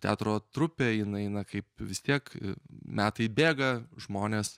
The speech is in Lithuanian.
teatro trupė jinai na kaip vis tiek metai bėga žmonės